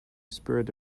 spirit